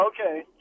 Okay